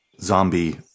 zombie